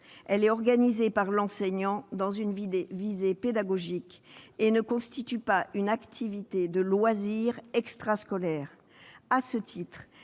Elle est organisée par l'enseignant dans un but pédagogique et ne constitue pas une activité de loisir extrascolaire. À ce titre,